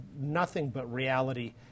nothing-but-reality